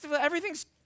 Everything's